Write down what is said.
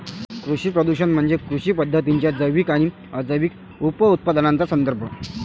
कृषी प्रदूषण म्हणजे कृषी पद्धतींच्या जैविक आणि अजैविक उपउत्पादनांचा संदर्भ